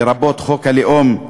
לרבות חוק הלאום,